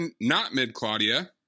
Not-Mid-Claudia